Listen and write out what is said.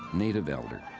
native elder.